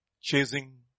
Chasing